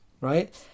right